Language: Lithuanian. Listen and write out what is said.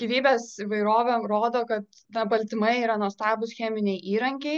gyvybės įvairovė rodo kad na baltymai yra nuostabūs cheminiai įrankiai